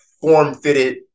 form-fitted